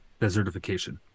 Desertification